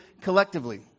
collectively